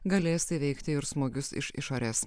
galės įveikti ir smūgius iš išorės